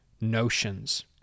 notions